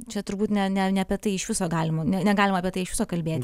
čia turbūt ne ne ne apie tai iš viso galima ne negalima apie tai iš viso kalbėti